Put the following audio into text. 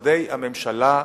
משרדי הממשלה,